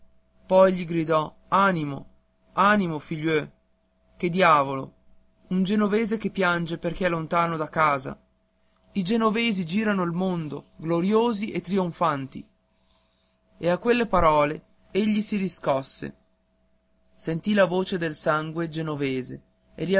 poi gli gridò animo animo figioeu che diavolo un genovese che piange perché è lontano da casa i genovesi girano il mondo gloriosi e trionfanti e a quelle parole egli si riscosse sentì la voce del sangue genovese